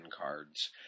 cards